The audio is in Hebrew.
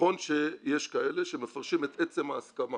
נכון שיש כאלה שמפרשים את עצם ההסכמה